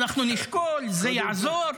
אנחנו נשקול, זה יעזור.